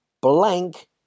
blank